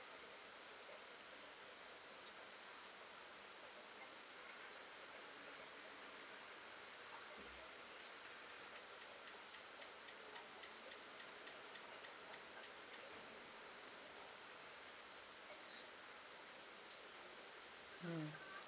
hmm